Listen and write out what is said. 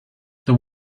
then